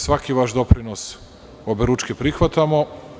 Svaki vaš doprinos oberučke prihvatamo.